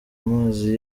amazi